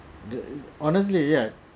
uh honestly yeah